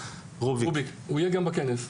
זו אחת מהמסקנות שלנו.